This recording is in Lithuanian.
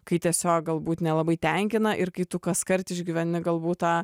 kai tiesiog galbūt nelabai tenkina ir kai tu kaskart išgyveni galbūt tą